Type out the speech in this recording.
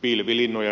pilvilinnojen rakentamista